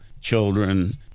children